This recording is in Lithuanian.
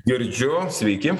girdžiu sveiki